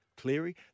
Cleary